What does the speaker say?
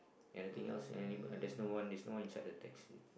anything else any there's no one there's no inside the taxi